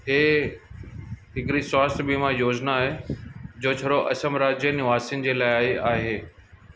हे हिकिड़ी स्वास्थ्य बीमा योजना आहे जो छड़ो असम राज्य निवासियुनि जे लाइ ई आहे